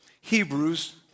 Hebrews